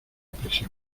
presión